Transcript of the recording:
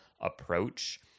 approach